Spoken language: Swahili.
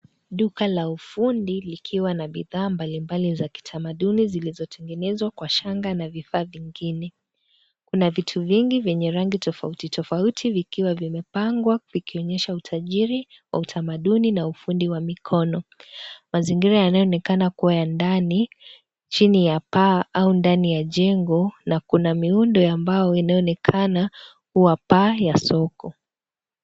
Duka la ufundi likiwa na bidhaa mbalimbali za kitamaduni zilizotengenezwa kwa shanga na vifaa vingine. Kuna vitu vingi vyenye rangi tofauti tofauti vikiwa vimepangwa vikionyesha utajiri wa utamaduni na ufundi wa mikono. Mazingira yanayoonekana kuwa ndani chini ya paa au ndani ya jengo. Na kuna miundo ya mbao inayoonekana kuwa paa ya soko.